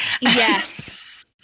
Yes